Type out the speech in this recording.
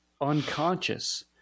unconscious